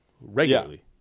regularly